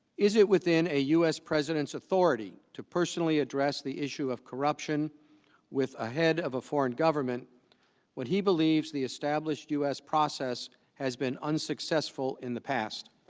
is it within a u s. president's authority to personally addressed the issue of corruption with the ah head of a foreign government when he believes the established us process has been unsuccessful in the past